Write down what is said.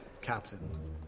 Captain